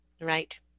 right